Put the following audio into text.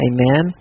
Amen